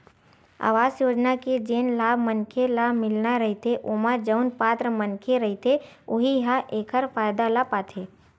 अवास योजना के जेन लाभ मनखे ल मिलना रहिथे ओमा जउन पात्र मनखे रहिथे उहीं ह एखर फायदा ल पाथे